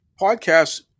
Podcasts